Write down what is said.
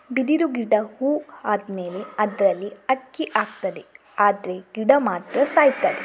ಬಿದಿರು ಗಿಡ ಹೂ ಆದ್ಮೇಲೆ ಅದ್ರಲ್ಲಿ ಅಕ್ಕಿ ಆಗ್ತದೆ ಆದ್ರೆ ಗಿಡ ಮಾತ್ರ ಸಾಯ್ತದೆ